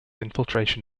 infiltration